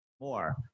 more